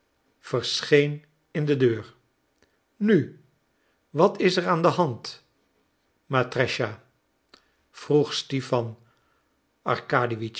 verscheen in de deur nu wat is er aan de hand matrescha vroeg